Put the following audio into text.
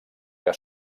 que